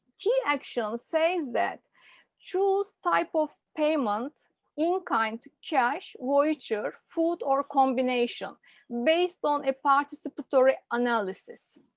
he actually says that chew's type of payment in kind cheche voiture, food or combination based on a participatory analysis.